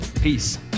Peace